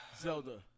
Zelda